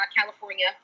California